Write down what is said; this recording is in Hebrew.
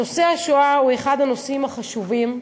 נושא השואה הוא אחד הנושאים החשובים,